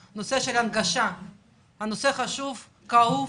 זה נושא חשוב וכאוב.